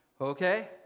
Okay